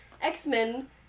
X-Men